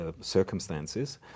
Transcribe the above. circumstances